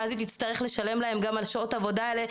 ואז היא תצטרך לשלם להם גם על שעות העבודה האלה,